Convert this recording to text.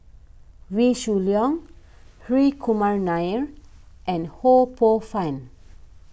Wee Shoo Leong Hri Kumar Nair and Ho Poh Fun